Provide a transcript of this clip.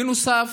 בנוסף,